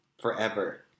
forever